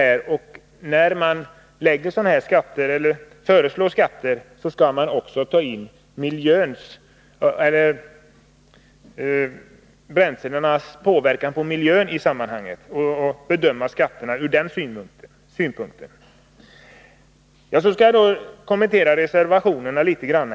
När kommittén föreslår energiskatter, skall den ta hänsyn till bränslenas påverkan på miljön. Jag skall kommentera reservationerna något.